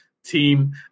team